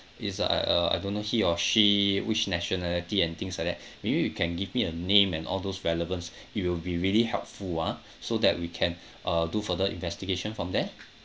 is like uh I don't know he or she which nationality and things like that maybe you can give me a name and all those relevance it will be really helpful ah so that we can uh do further investigation from there